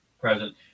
present